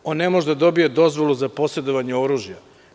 On ne može da dobije dozvolu za posedovanje oružja.